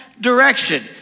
direction